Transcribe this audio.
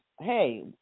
hey